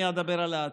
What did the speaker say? אני אדבר על העתיד.